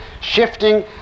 shifting